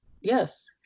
yes